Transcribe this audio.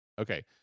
Okay